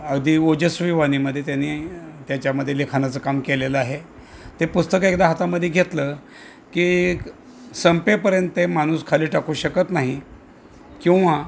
अगदी ओजस्वी वाणीमध्ये त्यांनी त्याच्यामध्ये लिखाणाचं काम केलेलं आहे ते पुस्तक एकदा हातामध्ये घेतलं की संपेपर्यंत ते माणूस खाली टाकू शकत नाही किंवा